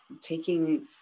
taking